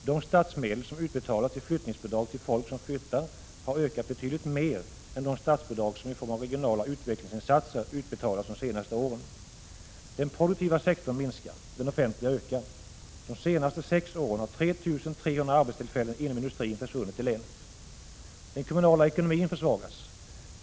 De statsmedel som utbetalas i flyttningsbidrag till folk som flyttar har ökat betydligt mer än de statsbidrag som i form av regionala utvecklingsinsatser utbetalats de senaste åren. Den produktiva sektorn minskar. Den offentliga ökar. De senaste sex åren har 3 300 arbetstillfällen inom industrin försvunnit i länet. Den kommunala ekonomin försvagas.